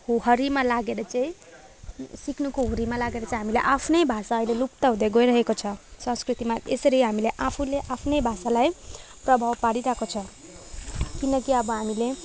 होहोरीमा लागेर चाहिँ सिक्नुको हुरीमा लागेर चाहिँ हामीले आफ्नै भाषा अहिले लुप्त हुँदै गइरहेको छ संस्कृतिमा यसरी हामीले आफूले आफ्नै भाषालाई प्रभाव पारिरहेको छ किनकि अब हामीले